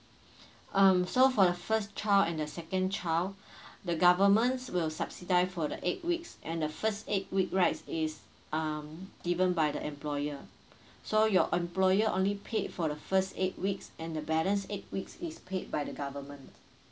um so for the first child and the second child the governments will subsidize for the eight weeks and the first eight weeks right is um given by the employer so your employer only paid for the first eight weeks and the balance eight weeks is paid by the government